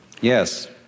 yes